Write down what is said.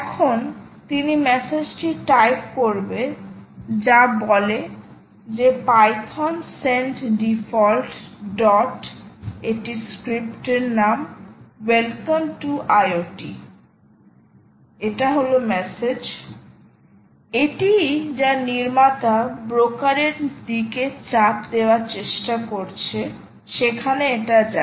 এখন তিনি মেসেজটি টাইপ করবে যা বলে যে পাইথন সেন্ড ডিফল্ট ডট এটি script name welcome to IoT এটিই যা নির্মাতা ব্রোকারের দিকে চাপ দেওয়ার চেষ্টা করছে সেখানে এটা যায়